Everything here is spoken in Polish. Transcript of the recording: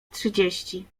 trzydzieści